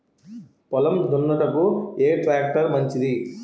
పొలం దున్నుటకు ఏ ట్రాక్టర్ మంచిది?